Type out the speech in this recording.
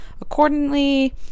accordingly